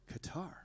Qatar